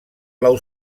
blau